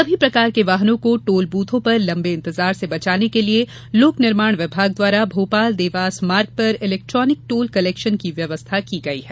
सभी प्रकार के वाहनों को टोल बूथों पर लंबे इंतजार से बचाने के लिये लोक निर्माण विभाग द्वारा भोपाल देवास मार्ग पर इलेक्ट्रॉनिक टोल कलेक्शन की व्यवस्था की गयी है